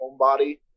homebody